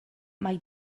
mai